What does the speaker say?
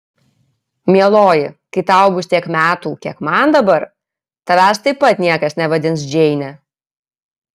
mieloji kai tau bus tiek metų kiek man dabar tavęs taip pat niekas nevadins džeine